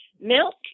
Milk